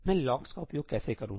मैं लॉक्सका उपयोग कैसे करूं